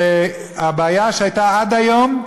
והבעיה שהייתה עד היום,